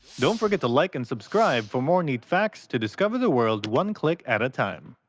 don't forget to like and subscribe for more neat facts to discover the world, one click at a time!